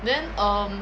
then um